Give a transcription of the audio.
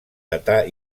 datar